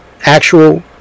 actual